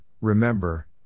Remember